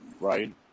Right